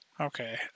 Okay